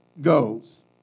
goes